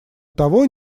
того